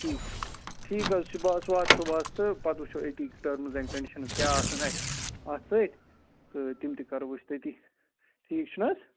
ٹھیٖک ٹھیٖک حظ چھُ بہٕ حظ واتہٕ صُبحَس تہٕ پَتہٕ وٕچھو أتی ٹٔرٕمٕز اینٛڈ کَنڈِشَنٕز کیٛاہ آسَن اَسہِ اَتھ سۭتۍ تہٕ تِم تہِ کَرو أسۍ تٔتی ٹھیٖک چھُنہٕ حظ